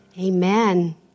Amen